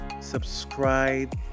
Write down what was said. subscribe